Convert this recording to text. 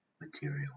material